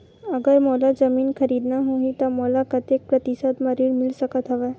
अगर मोला जमीन खरीदना होही त मोला कतेक प्रतिशत म ऋण मिल सकत हवय?